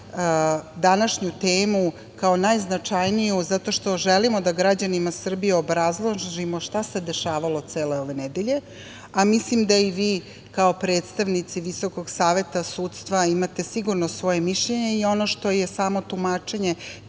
današnju temu kao najznačajniju zato što želimo da građanima Srbije obrazložimo šta se dešavalo cele ove nedelje, a mislim i da i vi kao predstavnici VSS, imate sigurno svoje mišljenje i ono što je samo tumačenje